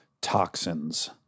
toxins